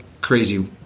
crazy